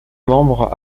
membre